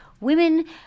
women